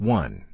one